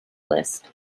list